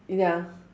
ya